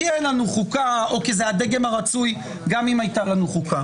כי אין לנו חוקה או כי זה הדגם הרצוי גם אם הייתה לנו חוקה,